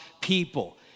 people